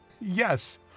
Yes